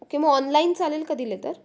okay मग online चालेल का दिले तर